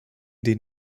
den